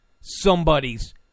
somebody's